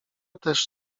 też